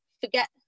forget